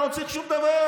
אתה לא צריך שום דבר.